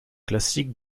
classiques